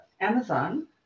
Amazon